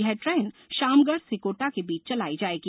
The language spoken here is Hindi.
यह ट्रेन शामगढ़ से कोटा के बीच चलाई जाएगी